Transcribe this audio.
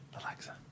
Alexa